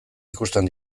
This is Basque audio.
ikusten